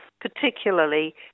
particularly